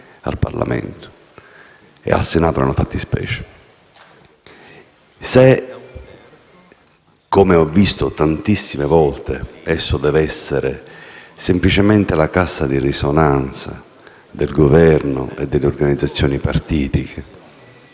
al Parlamento e al Senato nella fattispecie: se, come ho visto tantissime volte, esso deve essere semplicemente la cassa di risonanza del Governo e delle organizzazioni partitiche